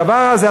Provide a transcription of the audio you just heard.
הדבר הזה,